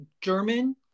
German